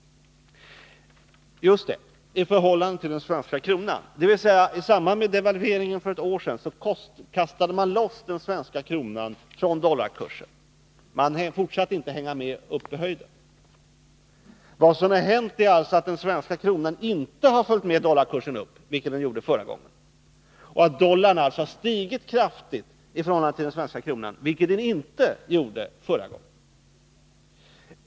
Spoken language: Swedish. Just det! Den steg i förhållande till den svenska kronan. I samband med devalveringen för ett år sedan kastade man loss den svenska kronan från dollarkursen. Den fortsatte inte att hänga med upp i höjden. Vad som har hänt är alltså att den svenska kronan inte har följt med dollarkursen upp, vilket den gjorde vid den förra devalveringen. Dollarn har således stigit kraftigt i förhållande till den svenska kronan, vilket den inte gjorde förra gången.